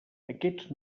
aquests